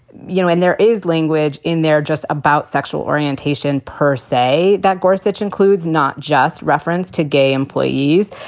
you know, and there is language in there just about sexual orientation, per say that gorsuch includes not just reference to gay employees.